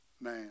Man